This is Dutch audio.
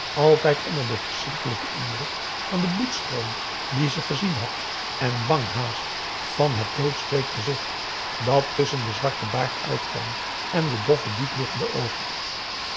altijd onder den verschrikkelijken indruk van den bloedstroom dien ze gezien had en bang haast van het doodsbleek gezicht dat tusschen den zwarten baard uitkwam en de doffe diepliggende oogen